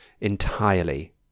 entirely